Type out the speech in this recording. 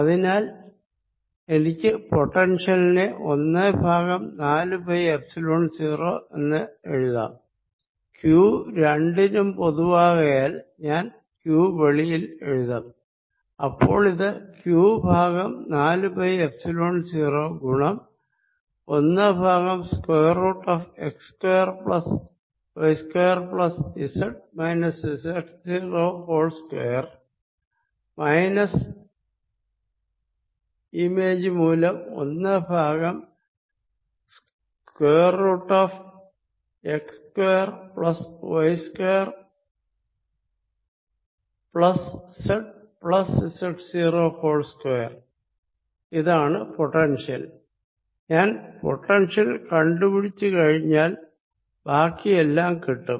അതിനാൽ എനിക്ക് പൊട്ടൻഷ്യൽ നെ ഒന്ന് ബൈ നാലു പൈ എപ്സിലോൺ 0 എന്ന് എഴുതാം q രണ്ടിനും പൊതുവാകയാൽ ഞാൻ q വെളിയിൽ എഴുതാം അപ്പോളിത് q ബൈ നാലു പൈ എപ്സിലോൺ 0 ഗുണം ഒന്ന് by square root x square plus y square plus z minus z 0 whole square minus image മൂലം ഒന്ന് by square root x square plus y square plus z plus z 0 whole square ഇതാണ് potential ഞാൻ potential കണ്ടു കഴിഞ്ഞാൽ ബാക്കിയെല്ലാം കിട്ടും